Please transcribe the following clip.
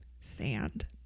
sand